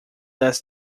does